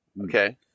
Okay